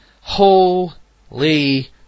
Holy